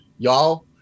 Y'all